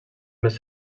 més